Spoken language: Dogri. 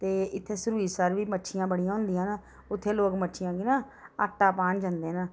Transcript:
ते इत्थें सुरईंसर बी मच्छियां बड़ियां होंदियां न उत्थें लोक मच्छियां गी ना आटा पान जंदे न